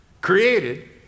created